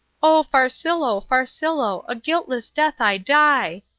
oh, farcillo, farcillo, a guiltless death i die.